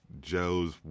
Joe's